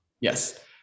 Yes